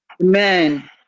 Amen